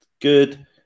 good